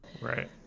Right